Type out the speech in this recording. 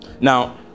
Now